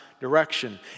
direction